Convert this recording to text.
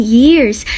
years